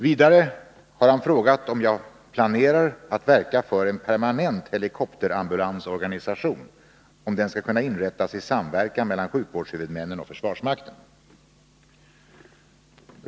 Vidare har han frågat om jag planerar att verka för att en permanent helikopterambulansorganisation skall kunna inrättas i samverkan mellan sjukvårdshuvudmännen och försvarsmakten.